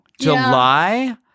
July